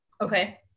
okay